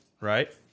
right